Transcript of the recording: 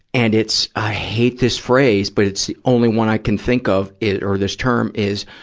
and it's i hate this phrase, but it's the only one i can think of, it, or this term is,